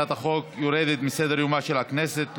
הצעת החוק יורדת מסדר-יומה של הכנסת.